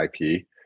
IP